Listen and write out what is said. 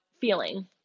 feeling